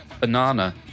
Banana